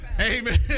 Amen